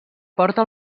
porta